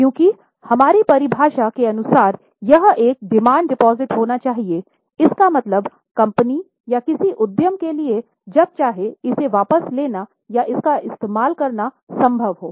क्योंकि हमारी परिभाषा के अनुसार यह एक डिमांड डिपाजिट होना चाहिए इसका मतलब कंपनी या किसी उद्यम के लिए जब चाहे इसे वापस लेना या इसका इस्तेमाल करना संभव है